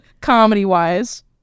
comedy-wise